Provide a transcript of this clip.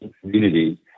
community